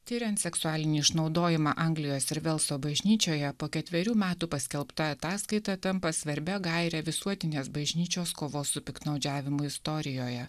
tiriant seksualinį išnaudojimą anglijos ir velso bažnyčioje po ketverių metų paskelbta ataskaita tampa svarbia gaire visuotinės bažnyčios kovos su piktnaudžiavimu istorijoje